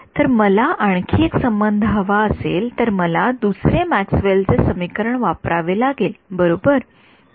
जर मला आणखी एक संबंध हवा असेल तर मला दुसरे मॅक्सवेल चे समीकरण वापरावे लागेल बरोबर